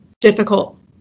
difficult